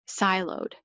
siloed